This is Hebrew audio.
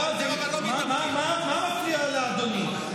מה מפריע לאדוני?